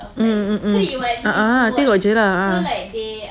mm mm mm mm tengok jer lah